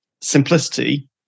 simplicity